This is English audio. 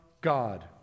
God